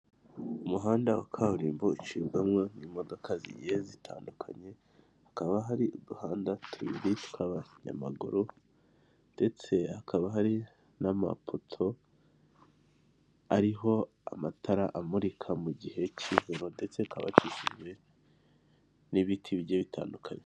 Umuhanda wa kaburimbo ucibwamwo n'imodoka zigiye zitandukanye, hakaba hari uduhanda tubiri tw'abanyamaguru, ndetse hakaba hari n'amapoto ariho amatara amurika mu gihe cy'ijoro ndetse hakaba hakikijwe n'ibiti bigiye bitandukanye.